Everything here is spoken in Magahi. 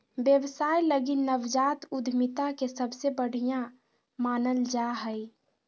व्यवसाय लगी नवजात उद्यमिता के सबसे बढ़िया मानल जा हइ